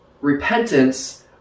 Repentance